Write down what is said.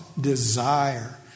desire